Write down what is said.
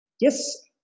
Yes